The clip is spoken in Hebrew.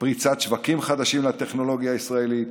ופריצת שווקים חדשים לטכנולוגיה הישראלית